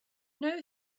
know